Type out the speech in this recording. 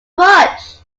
much